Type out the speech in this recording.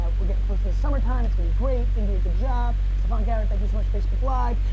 ah we're getting close to the summertime. it's gonna be great. india, good job. staphon, garrett thank you so much. facebook live.